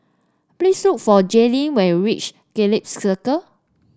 please look for Jaylin when you reach Gallop Circus